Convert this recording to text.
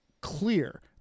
clear